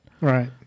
Right